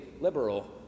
liberal